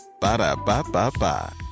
Ba-da-ba-ba-ba